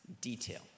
detail